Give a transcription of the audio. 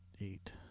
eight